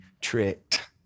tricked